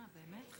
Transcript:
אה, באמת?